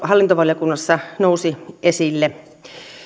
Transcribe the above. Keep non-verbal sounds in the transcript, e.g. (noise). (unintelligible) hallintovaliokunnassa tämä nousi esille